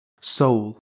Soul